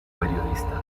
periodista